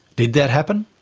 did that happen?